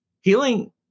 Healing